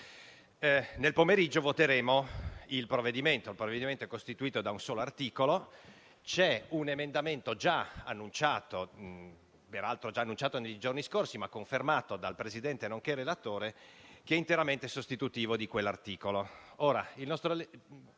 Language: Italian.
Nel pomeriggio voteremo il provvedimento, probabilmente costituito da un solo articolo. C'è un emendamento, peraltro già annunciato nei giorni scorsi, ma confermato dal Presidente della Commissione, nonché relatore, interamente sostitutivo di quell'articolo.